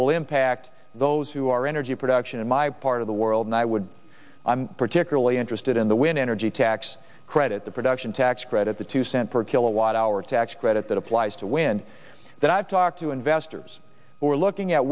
will impact those who are energy production in my part of the world i would particularly interested in the wind energy tax credit the production tax credit the two cent per kilowatt hour tax credit that applies to wind that i've talked to investors who are looking at